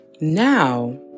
Now